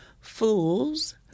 fools